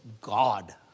God